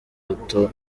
imbuto